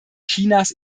chinas